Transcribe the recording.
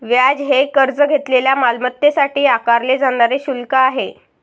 व्याज हे कर्ज घेतलेल्या मालमत्तेसाठी आकारले जाणारे शुल्क आहे